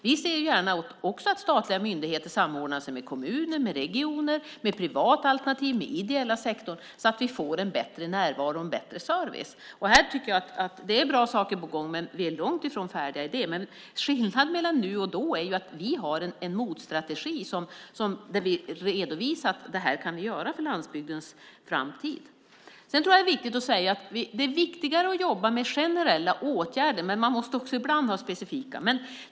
Vi ser också gärna att statliga myndigheter samordnar sig med kommuner, med regioner, med privata alternativ, med den ideella sektorn, så att man får en bättre närvaro och en bättre service. Här är det bra saker på gång, men vi är långt ifrån färdiga. Men skillnaden mellan nu och då är att vi har en motstrategi där vi redovisar vad vi kan göra för landsbygdens framtid. Det är viktigt att jobba med generella åtgärder, även om man ibland också måste jobba med specifika.